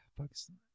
Pakistan